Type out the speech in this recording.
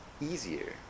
easier